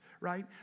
right